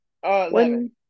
One